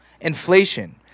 Inflation